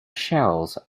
shells